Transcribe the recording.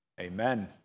amen